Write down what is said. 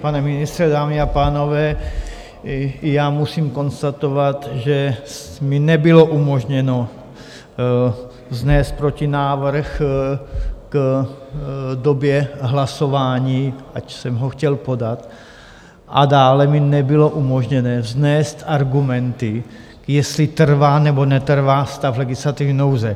Pane ministře, dámy a pánové, i já musím konstatovat, že mi nebylo umožněno vznést protinávrh k době hlasování, ač jsem ho chtěl podat, a dále mi nebylo umožněno vznést argumenty, jestli trvá, nebo netrvá stav legislativní nouze.